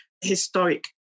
historic